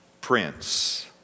Prince